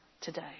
today